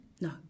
No